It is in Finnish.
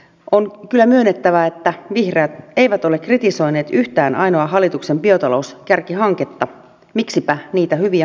on kyllä myönnettävä että vihreät eivät ole kritisoineet yhtään ainoaa hallituksen biotalouskärkihanketta miksipä niitä hyviä hankkeita kritisoimaan